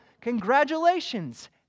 congratulations